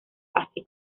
así